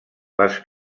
les